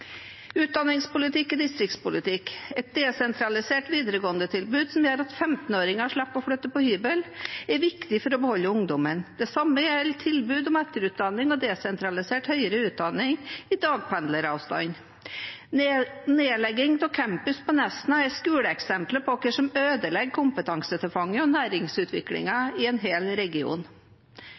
Utdanningspolitikk er distriktspolitikk. Et desentralisert videregåendetilbud som gjør at 15-åringer slipper å flytte på hybel, er viktig for å beholde ungdommen. Det samme gjelder tilbud om etterutdanning og desentralisert høyere utdanning i dagpendleravstand. Nedlegging av Campus på Nesna er skoleeksemplet på hva som ødelegger kompetansetilfanget og næringsutviklingen i en hel region.